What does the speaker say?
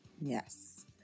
Yes